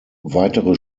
weitere